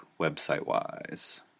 website-wise